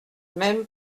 même